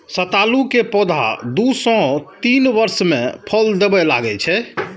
सतालू के पौधा दू सं तीन वर्ष मे फल देबय लागै छै